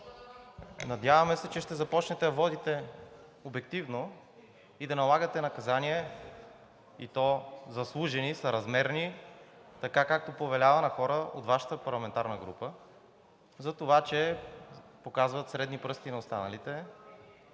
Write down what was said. надяваме се, че ще започнете да водите обективно и да налагате наказания, и то заслужени и съразмерни, така както повелява на хора от Вашата парламентарна група за това, че показват средни пръсти на останалите,